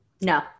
No